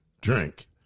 drink